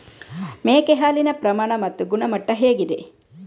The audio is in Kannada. ಮೇಕೆ ಹಾಲಿನ ಪ್ರಮಾಣ ಮತ್ತು ಗುಣಮಟ್ಟ ಹೇಗಿದೆ?